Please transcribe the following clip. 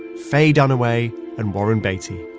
faye dunaway and warren beatty,